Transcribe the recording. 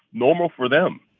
normal for them.